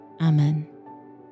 Amen